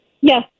Yes